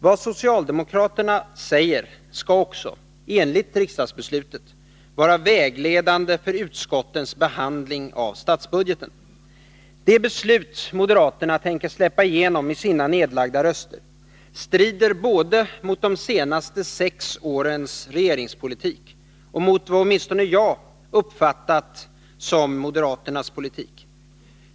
Det socialdemokraterna säger skall också — enligt riksdagsbeslutet — vara vägledande för utskottens behandling av statsbudgeten. Det beslut moderaterna tänker släppa igenom på grund av sina nedlagda 131 röster strider både mot de senaste sex årens regeringspolitik och mot vad åtminstone jag uppfattat som moderaternas politik.